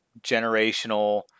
generational